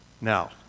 Now